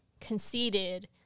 conceded